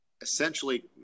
essentially